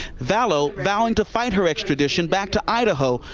vallow vowing to fight her extradition back to idaho,